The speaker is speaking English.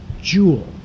jewel